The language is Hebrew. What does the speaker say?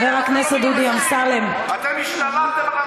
אתם השתלטתם על המדינה